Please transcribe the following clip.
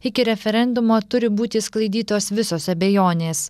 iki referendumo turi būti išsklaidytos visos abejonės